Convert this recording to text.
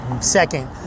second